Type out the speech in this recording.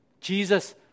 Jesus